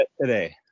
today